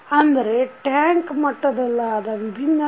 ಅಂದರೆ ಟ್ಯಾಂಕ್ ಮಟ್ಟದಲ್ಲಾದ ವಿಭಿನ್ನತೆ